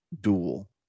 duel